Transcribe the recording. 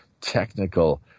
technical